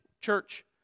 church